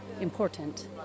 important